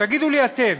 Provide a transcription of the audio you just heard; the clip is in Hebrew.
תגידו לי אתם,